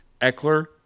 Eckler